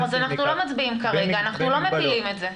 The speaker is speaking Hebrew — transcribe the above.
אנחנו לא מצביעים כרגע, אנחנו לא מפילים את זה.